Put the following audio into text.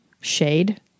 Shade